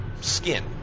skin